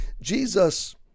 Jesus